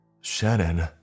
Shannon